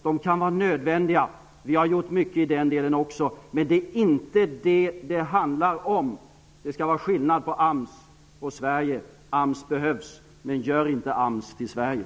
De kan vara nödvändiga. Vi har också gjort mycket i det avseendet. Men det är inte detta som det handlar om. Det skall vara skillnad på AMS och Sverige. AMS behövs, men gör inte AMS till Sverige.